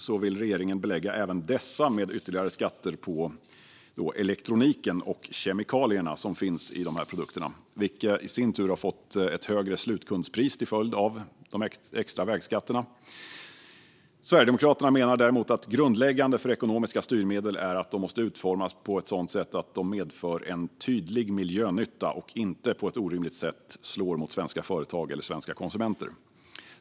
Nu vill regeringen lägga skatt även på den elektronik och de kemikalier som finns i dessa varor, vilka i sin tur redan har fått ett högre slutkundspris till följd av de extra vägskatterna. Sverigedemokraterna menar att grundläggande för ekonomiska styrmedel är att de måste utformas så att de medför en tydlig miljönytta och inte på ett orimligt sätt slår mot svenska företag eller svenska konsumenter.